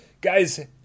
Guys